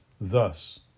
Thus